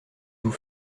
vous